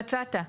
מצאת,